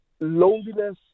Loneliness